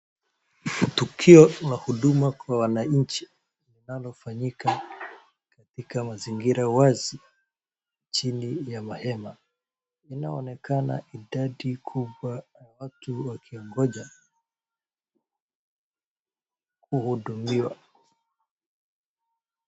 Tukio la huduma kwa wananchi linalofanyika katika mazingira wazi chini ya mahema. Inaonekana idadi kubwa ya watu wakiongoja kuhudumiwa.